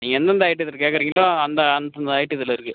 நீங்கள் எந்தெந்த ஐட்டத்தில் கேட்குறீங்களோ அந்த அந்தெந்த ஐட்டத்தில் இருக்கு